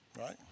Right